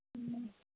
ꯎꯝ